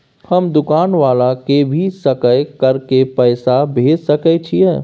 हम दुकान वाला के भी सकय कर के पैसा भेज सके छीयै?